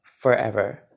forever